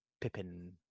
Pippin